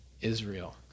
Israel